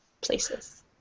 places